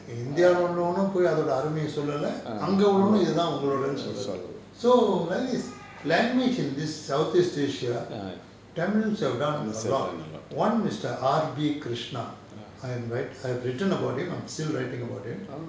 india வுல உள்ளவனும் போய் அதோட அருமைய சொல்லல அங்க உள்ளவனும் இதான் உங்களோடன்னு சொல்லல:vula ullavanum poi athoda arumaya sollala anga ullavanum ithaan ungalodannu sollala so like this language in this south east asia tamils have done a lot one is mister R B krishnan I am write~ I've written about him I'm still writing about him